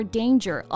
danger